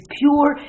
pure